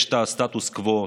יש את הסטטוס קוו,